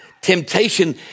Temptation